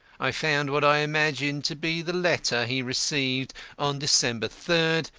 i found what i imagine to be the letter he received on december third,